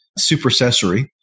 supersessory